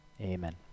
Amen